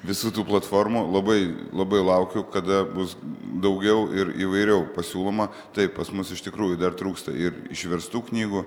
visų tų platformų labai labai laukiu kada bus daugiau ir įvairiau pasiūloma taip pas mus iš tikrųjų dar trūksta ir išverstų knygų